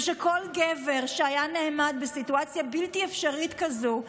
ושכל גבר שהיה עומד בסיטואציה בלתי אפשרית כזאת,